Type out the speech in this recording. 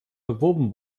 beworben